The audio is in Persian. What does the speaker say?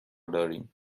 داریم